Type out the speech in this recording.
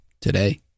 today